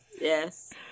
Yes